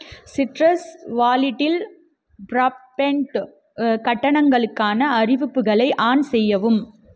citrus வாலிட்டில் ப்ராப்பென்ட்டு கட்டணங்களுக்கான அறிவிப்புகளை ஆன் செய்யவும்